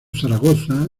zaragoza